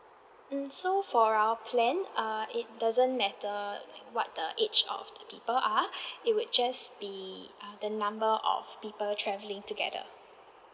mm so for our plan uh it doesn't matter what the age of the people are it would just be uh the number of people travelling together